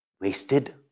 wasted